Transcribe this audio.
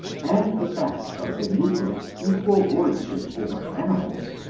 and the fact of the negroes equal lordship over animals,